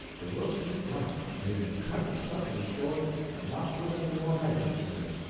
the look he got, made him cut it suddenly short and not put any more hyphens in it.